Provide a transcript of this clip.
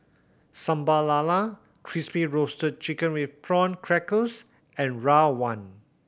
Sambal Lala Crispy Roasted Chicken with Prawn Crackers and rawon